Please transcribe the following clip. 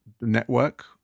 network